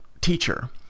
teacher